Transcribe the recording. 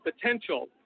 potential